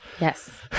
Yes